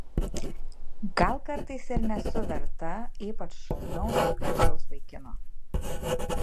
gal kartais ir nesu verta ypač šaunaus ir gražaus vaikino